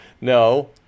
No